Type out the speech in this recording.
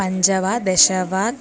पञ्च वा दश वा